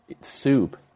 soup